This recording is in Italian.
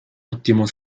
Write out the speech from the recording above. ottimo